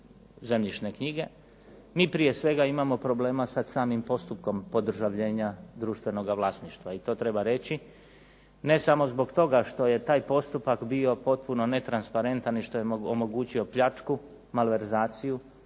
zemljišne knjige. Mi prije svega imamo problema sa samim postupkom podržavljenja društvenoga vlasništva, i to treba reći. Ne samo zbog toga što je taj postupak bio potpuno netransparentan i što je omogućio pljačku, malverzaciju,